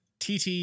TT